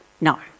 no